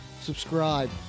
subscribe